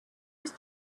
was